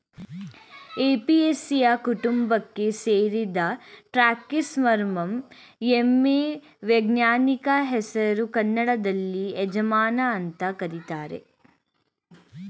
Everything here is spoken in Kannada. ಏಪಿಯೇಸಿಯೆ ಕುಟುಂಬಕ್ಕೆ ಸೇರಿದ ಟ್ರ್ಯಾಕಿಸ್ಪರ್ಮಮ್ ಎಮೈ ವೈಜ್ಞಾನಿಕ ಹೆಸರು ಕನ್ನಡದಲ್ಲಿ ಅಜವಾನ ಅಂತ ಕರೀತಾರೆ